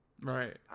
Right